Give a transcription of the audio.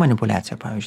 manipuliacija pavyzdžiui